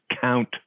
count